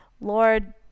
lord